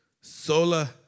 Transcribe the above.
sola